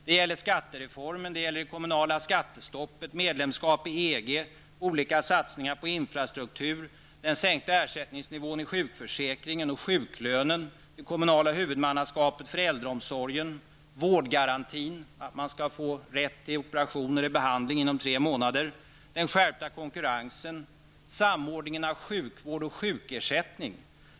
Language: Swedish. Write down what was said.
Det gäller skattereformen, det gäller det kommunala skattestoppet, medlemskapet i EG, olika satsningar på infrastruktur, den sänkta ersättningsnivån i sjukförsäkringen och sjuklönen, det kommunala huvudmannaskapet för äldreomsorgen, vårdgarantin -- att man skall få rätt till operation eller behandling inom 3 månader -- den skärpta konkurrensen, samordningen av sjukvård och sjukersättning.